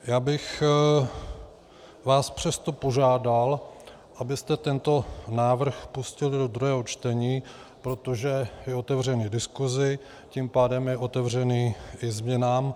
Já bych vás přesto požádal, abyste tento návrh pustili do druhého čtení, protože je otevřený diskusi, tím pádem je otevřený i změnám.